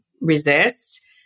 resist